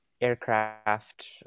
aircraft